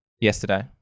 yesterday